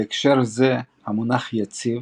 בהקשר זה, המונח "יציב"